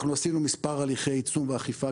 אנחנו עשינו מספר הליכי עיצום ואכיפה,